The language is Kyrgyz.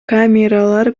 камералар